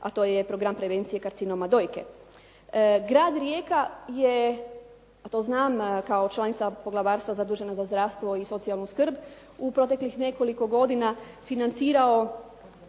a to je program prevencije karcinoma dojke. Grad Rijeka je, to znam kao članica poglavarstva zadužena za zdravstvo i socijalnu skrb, u proteklih nekoliko godina financirao